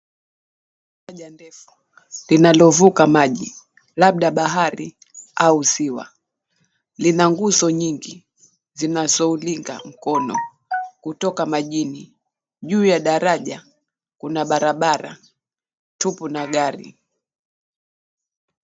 Feri Moja ndefu linalovuka maji labda au ziwa. Lina nguzo nyingi, zinazoulinga mkono kutoka majini. Juu ya daraja kuna barabara tupo na gari.